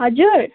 हजुर